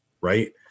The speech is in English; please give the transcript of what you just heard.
right